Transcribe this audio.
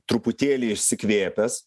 truputėlį išsikvėpęs